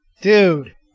Dude